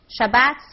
Shabbat